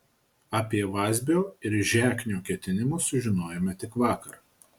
apie vazbio ir žeknio ketinimus sužinojome tik vakar